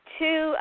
two